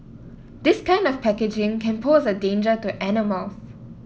this kind of packaging can pose a danger to animals